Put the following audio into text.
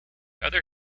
other